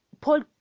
Paul